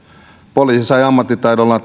poliisi sai ammattitaidollaan